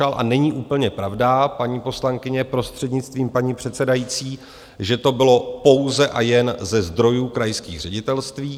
A není úplně pravda, paní poslankyně, prostřednictvím paní předsedající, že to bylo pouze a jen ze zdrojů krajských ředitelství.